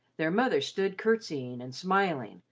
their mother stood curtseying and smiling,